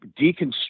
deconstruct